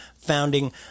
founding